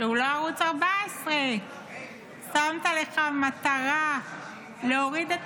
שהוא לא ערוץ 14. שמת לך למטרה להוריד את